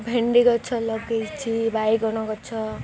ଭେଣ୍ଡି ଗଛ ଲଗେଇଛି ବାଇଗଣ ଗଛ